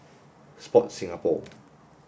Sport Singapore